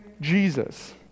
Jesus